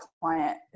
client